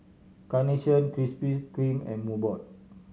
Carnation Krispy Kreme and Mobot